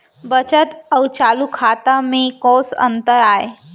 बचत अऊ चालू खाता में कोस अंतर आय?